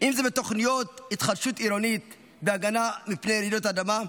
אם זה בתוכניות התחדשות עירונית בהגנה מפני רעידות אדמה,